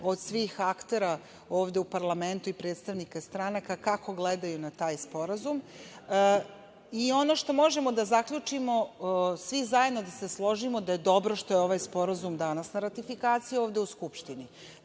od svih aktera ovde u parlamentu i predstavnika stranaka, kako gledaju na taj sporazum. Ono što možemo da zaključimo svi zajedno da se složimo da je dobro što je ovaj Sporazum danas na ratifikaciji ovde u Skupštini. Da